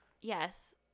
Yes